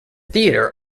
theatre